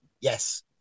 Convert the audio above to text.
Yes